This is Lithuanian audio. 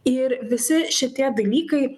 ir visi šitie dalykai